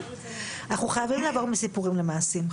אבל אנחנו חייבים לעבור מסיפורים למעשים.